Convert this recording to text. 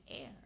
Air